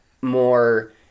more